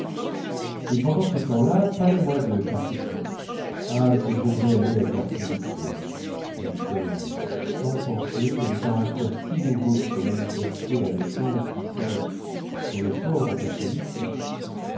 et pendant ce temps-là parlez-moi de carquethuit ah que j'aimerais aller à carquethuit ajoutai-je sans penser que le caractère si nouveau qui se manifestait avec tant de puissance dans le port de